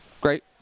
Great